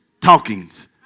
talkings